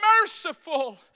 merciful